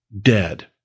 dead